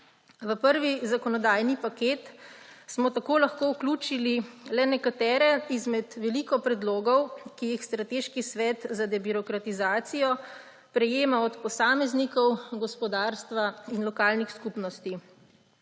V prvi zakonodajni paket smo tako lahko vključili le nekatere izmed veliko predlogov, ki jih Strateški svet za debirokratizacijo prejema od posameznikov, gospodarstva in lokalnih skupnosti.